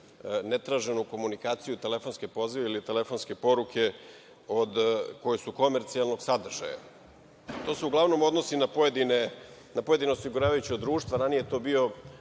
ne traženu komunikaciju, telefonske pozive, ili telefonske poruke koje su komercijalnog sadržaja. To se uglavnom odnosi na pojedina osiguravajuća društva,